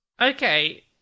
Okay